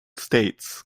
states